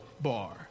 bar